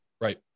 right